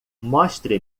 mostre